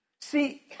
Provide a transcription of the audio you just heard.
See